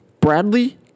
Bradley